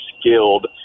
skilled